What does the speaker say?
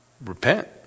Repent